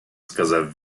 сказав